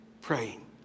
praying